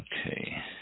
Okay